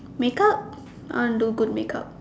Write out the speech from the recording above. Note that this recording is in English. make up I wanna do good make up